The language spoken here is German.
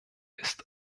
ist